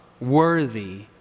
worthy